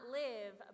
live